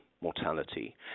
mortality